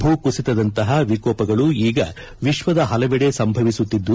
ಭೂಕುಸಿತದಂತಹ ವಿಕೋಪಗಳು ಈಗ ವಿಶ್ವದ ಹಲವೆಡೆ ಸಂಭವಿಸುತ್ತಿದ್ದು